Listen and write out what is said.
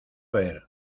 ver